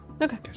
Okay